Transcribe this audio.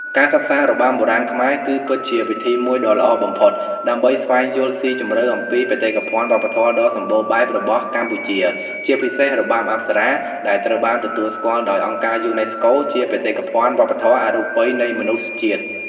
ការសិក្សារបាំបុរាណខ្មែរ គឺពិតជាវិធីមួយដ៏ល្អបំផុតដើម្បីស្វែងយល់ស៊ីជម្រៅអំពីបេតិកភណ្ឌវប្បធម៌ដ៏សម្បូរបែបរបស់កម្ពុជា ជាពិសេស របាំអប្សរា ដែលត្រូវបានទទួលស្គាល់ដោយ អង្គការយូនេស្កូ ជាបេតិកភណ្ឌវប្បធម៌អរូបីនៃមនុស្សជាតិ។